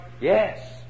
Yes